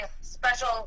special